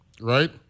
Right